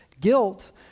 guilt